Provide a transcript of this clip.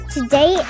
Today